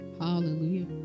Hallelujah